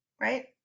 right